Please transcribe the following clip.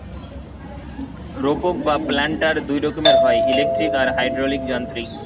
রোপক বা প্ল্যান্টার দুই রকমের হয়, ইলেকট্রিক আর হাইড্রলিক যান্ত্রিক